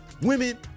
women